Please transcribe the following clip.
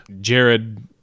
Jared